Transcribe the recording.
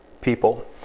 people